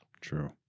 True